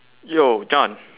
yo john